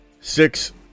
six